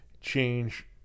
change